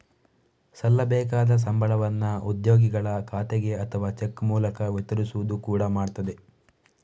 ಸಲ್ಲಬೇಕಾದ ಸಂಬಳವನ್ನ ಉದ್ಯೋಗಿಗಳ ಖಾತೆಗೆ ಅಥವಾ ಚೆಕ್ ಮೂಲಕ ವಿತರಿಸುವುದು ಕೂಡಾ ಮಾಡ್ತದೆ